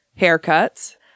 haircuts